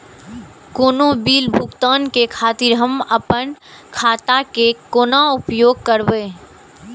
कोनो बील भुगतान के खातिर हम आपन खाता के कोना उपयोग करबै?